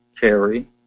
carry